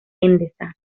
endesa